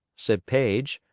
said paige,